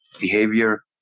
behavior